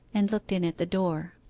and looked in at the door.